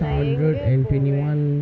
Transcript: நா எங்க போவேன்:naa enga povaen